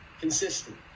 consistent